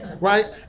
right